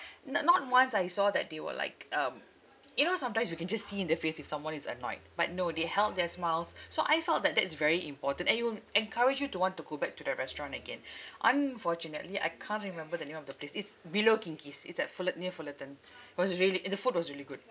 n~ not once I saw that they were like um you know sometimes you can just see in the face if someone is annoyed but no they held their smiles so I felt that that is very important and it will encourage you to want to go back to that restaurant again unfortunately I can't remember the name of the place it's below kinki's it's at fuller~ near fullerton it was really the food was really good